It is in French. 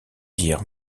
dire